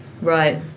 Right